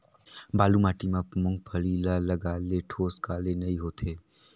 बालू माटी मा मुंगफली ला लगाले ठोस काले नइ होथे?